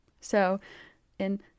So-in